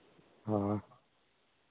ᱦᱚᱸ